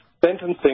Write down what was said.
sentencing